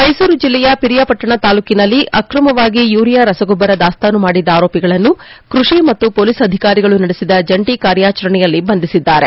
ಮೈಸೂರು ಜಿಲ್ಲೆಯ ಪಿರಿಯಾಪಟ್ಟಣ ತಾಲೂಕಿನಲ್ಲಿ ಆಕ್ರಮವಾಗಿ ಯುರಿಯಾ ರಸಗೊಬ್ಬರ ದಾಸ್ತಾನು ಮಾಡಿದ್ದ ಆರೋಪಿಗಳನ್ನು ಕೃಷಿ ಮತ್ತು ಪೊಲೀಸ್ ಅಧಿಕಾರಿಗಳು ನಡೆಸಿದ ಜಂಟಿ ಕಾರ್ಯಾಚರಣೆಯಲ್ಲಿ ಬಂಧಿಸಿದ್ದಾರೆ